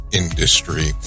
industry